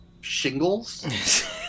shingles